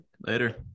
Later